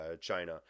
China